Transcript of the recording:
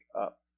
up